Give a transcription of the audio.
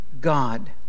God